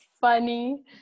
funny